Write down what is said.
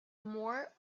more